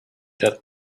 that